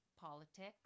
Politics